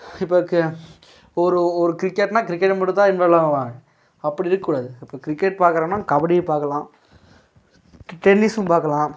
இப்போ க ஒரு ஒரு கிரிக்கெட்னா கிரிக்கெட்டு மட்டும் தான் இன்வால் ஆவாங்க அப்படி இருக்கக்கூடாது இப்போ க்ரிக்கெட் பார்க்குறோன்னா கபடி பார்க்கலாம் டெ டென்னிஸ்ஸும் பார்க்கலாம்